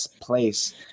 place